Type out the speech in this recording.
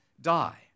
die